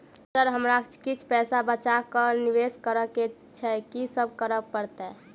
Sir हमरा किछ पैसा बचा कऽ निवेश करऽ केँ छैय की करऽ परतै?